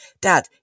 Dad